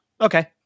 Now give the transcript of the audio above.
Okay